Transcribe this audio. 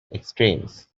extremes